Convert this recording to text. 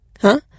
Huh